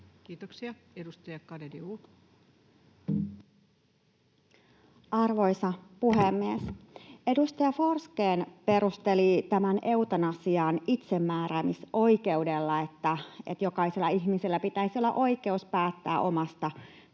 Time: 20:17 Content: Arvoisa puhemies! Edustaja Forsgren perusteli tämän eutanasian itsemääräämisoikeudella, että jokaisella ihmisellä pitäisi olla oikeus päättää omasta kuolemastaan.